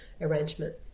arrangement